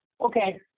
okay